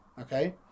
okay